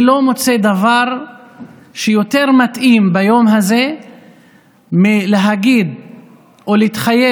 אני לא מוצא דבר יותר מתאים ביום הזה מלהגיד ולהתחייב